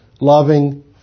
loving